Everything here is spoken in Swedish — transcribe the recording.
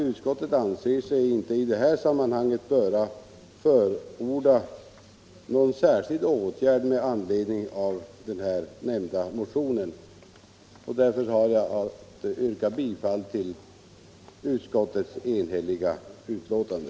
Utskottet anser sig emellertid inte i det här sammanhanget böra förorda någon särskild åtgärd med anledning av motionen. Därför ber jag att få yrka bifall till vad utskottet hemställt i sitt enhälliga betänkande.